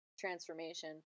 transformation